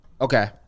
okay